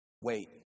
wait